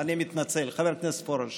אני מתנצל, חבר הכנסת פורר שאל.